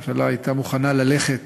הממשלה הייתה מוכנה ללכת